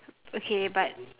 okay but